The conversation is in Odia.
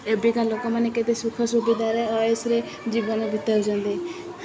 ଏବେକା ଲୋକମାନେ କେତେ ସୁଖ ସୁବିଧାରେ ଅଏସ୍ରେ ଜୀବନ ବିତାଉଛନ୍ତି